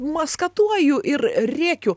maskatuoju ir rėkiu